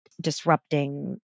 disrupting